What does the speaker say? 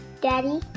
daddy